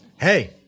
Hey